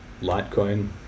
Litecoin